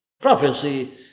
Prophecy